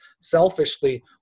Selfishly